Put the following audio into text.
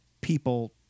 people